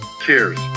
Cheers